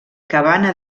cabana